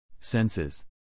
Senses